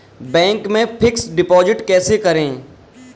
Bank में fix deposit कैसे करें?